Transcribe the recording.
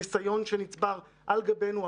ניסיון שנצבר על גבינו,